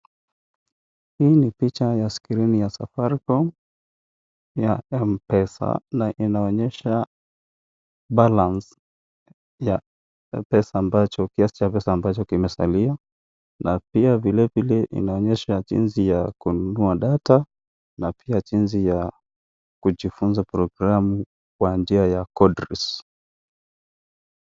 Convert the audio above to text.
Hii ni picha ya skrini ya Safaricom ya Mpesa na inaonyesha balance ya pesa ambacho kimesalia na pia vile vile inaonyesha jinsi ya kununua data na pia jinsi ya kujifunza programu kwa njia ya coderis.